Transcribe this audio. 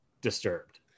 disturbed